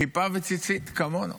כיפה וציצית, כמונו.